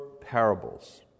parables